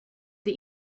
the